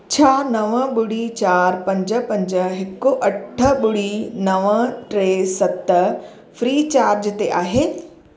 छा नव ॿुड़ी चारि पंज पंज हिकु अठ ॿुड़ी नव टे सत फ़्री चार्ज ते आहे